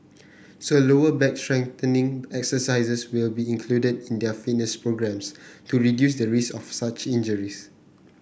so lower back strengthening exercises will be included in their fitness programs to reduce the risk of such injuries